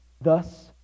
Thus